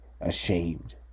ashamed